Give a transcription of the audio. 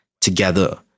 together